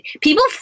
People